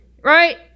Right